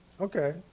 okay